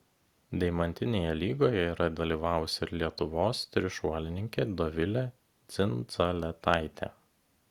deimantinėje lygoje yra dalyvavusi ir lietuvos trišuolininkė dovilė dzindzaletaitė